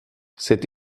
cet